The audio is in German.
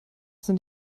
sind